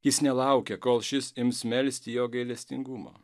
jis nelaukia kol šis ims melsti jo gailestingumo